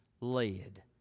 led